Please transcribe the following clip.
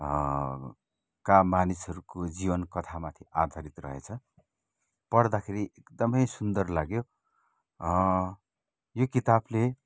का मानिसहरूको जीवन कथामाथि आधारित रहेछ पढ्दाखेरि एकदमै सुन्दर लाग्यो यो किताबले